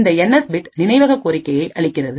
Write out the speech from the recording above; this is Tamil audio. இந்த என் எஸ் பிட் நினைவக கோரிக்கையை அளிக்கிறது